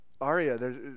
Aria